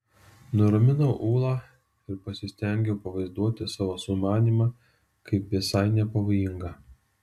nuraminau ulą ir pasistengiau pavaizduoti savo sumanymą kaip visai nepavojingą